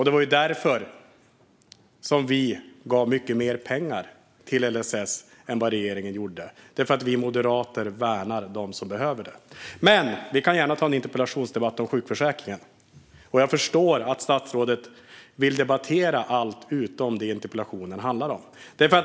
Det var därför vi gav mycket mer pengar till LSS än vad regeringen gjorde - vi moderater värnar dem som behöver LSS. Vi kan gärna ta en interpellationsdebatt om sjukförsäkringen. Jag förstår att statsrådet vill debattera allt utom det som interpellationen handlar om.